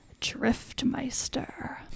Driftmeister